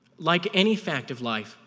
like any fact of life,